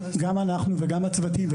גם אנחנו וגם הצוותים,